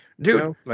Dude